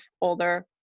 older